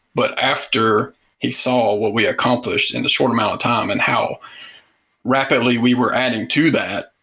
but after he saw what we accomplished in the short amount of time and how rapidly we were adding to that,